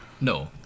No